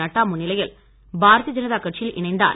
நட்டா முன்னிலையில் பாரதிய ஜனதா கட்சியில் இணைந்தார்